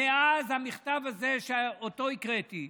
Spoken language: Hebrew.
מאז המכתב הזה שאותו הקראתי,